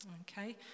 okay